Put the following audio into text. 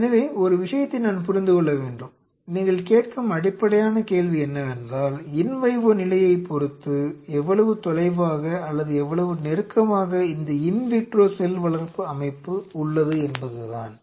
எனவே ஒரு விஷயத்தை நான் புரிந்து கொள்ள வேண்டும் நீங்கள் கேட்கும் அடிப்படையான கேள்வி என்னவென்றால் இன் வைவோ நிலையைப் பொருத்து எவ்வளவு தொலைவாக அல்லது எவ்வளவு நெருக்கமாக இந்த இன் விட்ரோ செல் வளர்ப்பு அமைப்பு உள்ளது என்பதுதான்